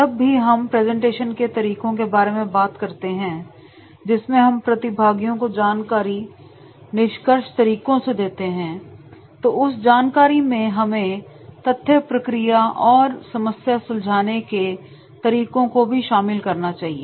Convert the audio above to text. जब भी हम प्रेजेंटेशन के तरीकों के बारे में बात करते हैं जिसमें हम प्रतिभागियों को जानकारी निष्कर्ष तरीकों से देते हैं तो उस जानकारी में हमें तथ्य प्रक्रिया और समस्या सुलझाने के तरीकों को भी शामिल करना चाहिए